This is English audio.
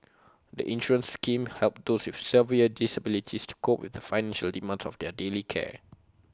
the insurance scheme helps those with severe disabilities to cope with the financial demands of their daily care